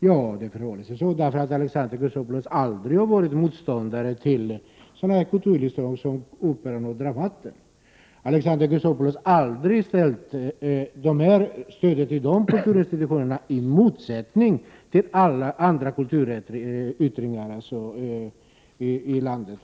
Ja, det förhåller sig så att Alexander Chrisopoulos aldrig har varit motståndare till sådana kulturinstitutioner som Operan och Dramaten, och Alexander Chrisopoulos har aldrig ställt stödet till de kulturinstitutionerna i motsättning till alla andra kulturyttringar i landet.